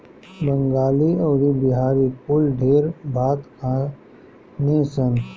बंगाली अउरी बिहारी कुल ढेर भात खाने सन